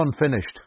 unfinished